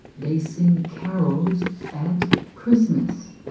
they sing carols at christmas